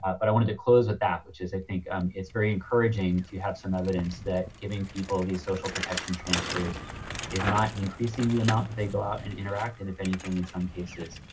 but i wanted to close with that, which is, i think um it's very encouraging to have some evidence that giving people these social protection transfers is not increasing the amount that they go out and interact. and if anything, in some cases,